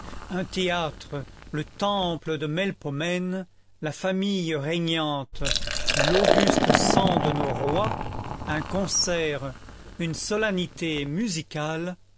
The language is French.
un théâtre le temple de melpomène la famille régnante l'auguste sang de nos rois un concert une solennité musicale